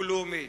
ולאומית,